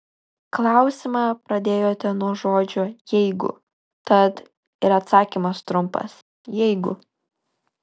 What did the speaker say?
klausimą pradėjote nuo žodžio jeigu tad ir atsakymas trumpas jeigu